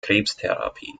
krebstherapie